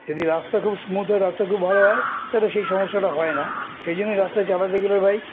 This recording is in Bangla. যদি রাস্তা খুব স্মুথ হয় রাস্তা খুব ভালো হয় তাহলে সেই সমস্যাটা হয় না সেই জন্যই রাস্তায় চাঁটাতে গেলে বাইক